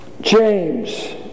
James